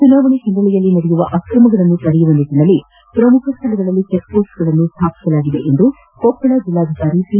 ಚುನಾವಣೆ ಹಿನ್ನೆಲೆಯಲ್ಲಿ ನಡೆಯುವ ಅಕ್ರಮಗಳನ್ನು ತಡೆಯುವ ನಿಟ್ಟಿನಲ್ಲಿ ಪ್ರಮುಖ ಸ್ಥಳಗಳಲ್ಲಿ ಚೆಕ್ ಪೋಸ್ಟ್ ಗಳನ್ನು ಸ್ಥಾಪಿಸಲಾಗಿದೆ ಎಂದು ಕೊಪ್ಪಳ ಜಿಲ್ವಾಧಿಕಾರಿ ಪಿ